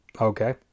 Okay